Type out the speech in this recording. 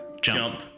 jump